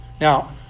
Now